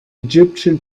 egyptian